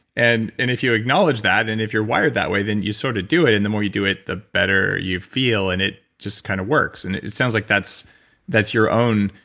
and and if you acknowledge that and if you're wired that way then you sort of do it and the more you do it the better you feel and it just kind of works. and it it sounds like that's that's your own,